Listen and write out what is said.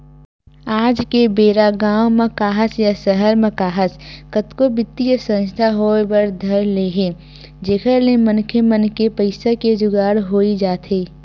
आज के बेरा गाँव म काहस या सहर म काहस कतको बित्तीय संस्था होय बर धर ले हे जेखर ले मनखे मन के पइसा के जुगाड़ होई जाथे